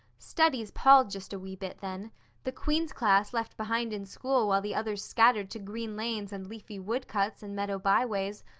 studies palled just a wee bit then the queen's class, left behind in school while the others scattered to green lanes and leafy wood cuts and meadow byways,